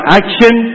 action